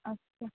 अच्छा